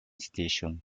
station